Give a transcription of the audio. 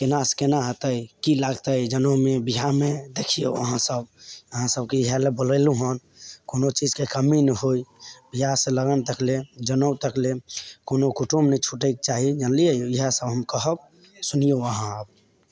केना केना होयतै की लागतै जनउमे बिआहमे देखियौ अहाँ सब अहाँ सबके इहए लै बोलैलहुँ हन कोनो चीजके कमी नहि होय बिआह से लगन तकले जनउ तकले कोनो कुटुम नहि छुटैके चाही जनलियै इहए सब हम कहब सुनियौ अहाँ आब